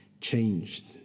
changed